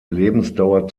lebensdauer